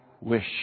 wish